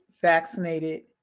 vaccinated